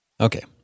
okay